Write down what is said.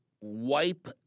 wipe